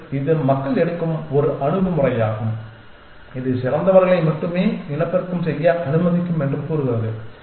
மேலும் இது மக்கள் எடுக்கும் ஒரு அணுகுமுறையாகும் இது சிறந்தவர்களை மட்டுமே இனப்பெருக்கம் செய்ய அனுமதிக்கும் என்று கூறுகிறது